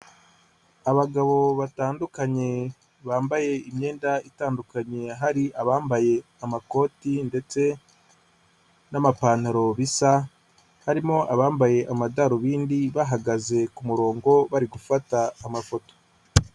Abagabo batandukanye bambaye imyenda itandukanye hari abambaye amakoti ndetse n'amapantaro bisa, harimo abambaye amadarubindi bahagaze ku murongo bari gufata amafoto.